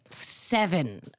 seven